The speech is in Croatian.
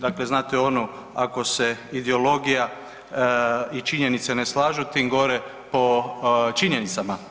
Dakle, znate onu ako se ideologija i činjenice ne slažu tim gore po činjenicama.